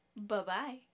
Bye-bye